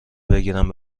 بگیرم